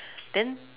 then